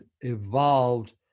evolved